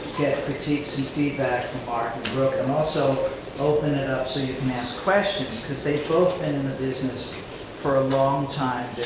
get critiques and feedback from marc and brooke, and also open it up so you can ask questions, cause they've both been in the business for a long time.